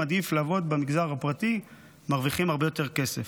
עדיף לעבוד במגזר הפרטי, מרוויחים הרבה יותר כסף.